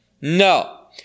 No